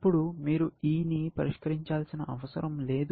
అప్పుడు మీరు E ని పరిష్కరించాల్సిన అవసరం లేదు